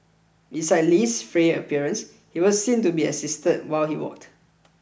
besides Li's frail appearance he was seen to be assisted while he walked